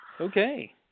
Okay